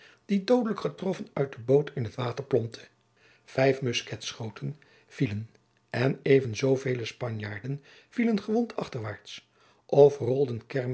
die doodelijk getroffen uit de boot in het water plompte vijf musketschoten vielen en even zoovele spanjaarden vielen gewond achterwaart of rolden